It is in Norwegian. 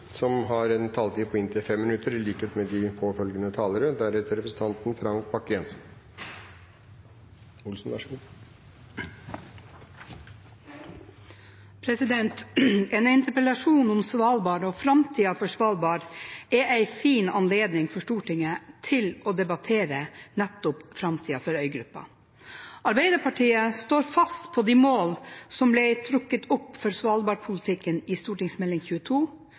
som gjør at vi sikrer en levekraftig Longyearbyen i tiden fremover, uavhengig av kulldriftens skjebne. En interpellasjon om Svalbard og framtiden for Svalbard er en fin anledning for Stortinget til å debattere nettopp framtiden for øygruppen. Arbeiderpartiet står fast på de mål som ble trukket opp for svalbardpolitikken i St.meld. nr. 22